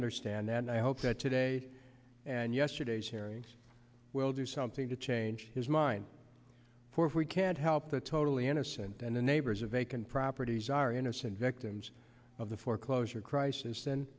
understand that and i hope that today and yesterday's hearings will do something to change his mind for if we can't help the totally innocent and the neighbors of vacant properties are innocent victims of the foreclosure crisis